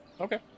Okay